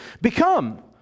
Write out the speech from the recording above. become